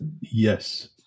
Yes